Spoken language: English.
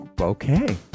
Okay